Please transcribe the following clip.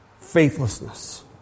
Faithlessness